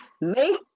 Make